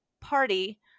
party